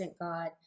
God